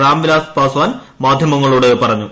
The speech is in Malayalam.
രാംവിലാസ് പാസ്വാൻ മാധ്യമങ്ങളോട് പറഞ്ഞു